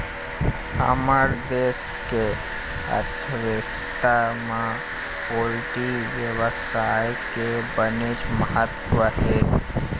हमर देश के अर्थबेवस्था म पोल्टी बेवसाय के बनेच महत्ता हे